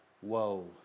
Whoa